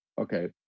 Okay